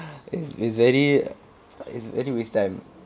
it is very is very waste time